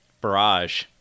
Barrage